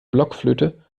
blockflöte